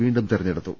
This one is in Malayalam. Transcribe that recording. വീണ്ടും തെരഞ്ഞെടുത്തു